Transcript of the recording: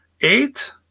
Eight